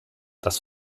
das